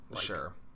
Sure